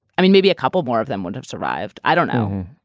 i mean, maybe a couple more of them would have survived. i don't know.